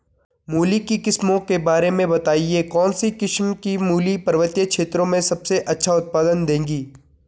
मूली की किस्मों के बारे में बताइये कौन सी किस्म की मूली पर्वतीय क्षेत्रों में सबसे अच्छा उत्पादन देंगी?